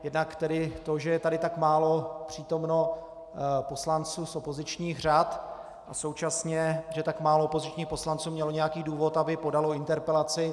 Jednak to, že je tady tak málo přítomno poslanců z opozičních řad, a současně že tak málo opozičních poslanců mělo nějaký důvod, aby podalo interpelaci.